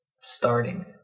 starting